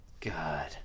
God